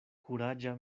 kuraĝa